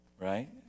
right